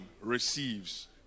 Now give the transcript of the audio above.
receives